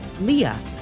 Leah